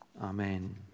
Amen